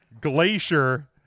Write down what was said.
Glacier